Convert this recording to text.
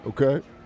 okay